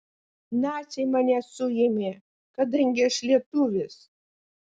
naciai mane suėmė kadangi aš lietuvis